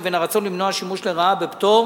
לבין הרצון למנוע שימוש לרעה בפטור